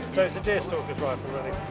is a deer stalker's rifle really?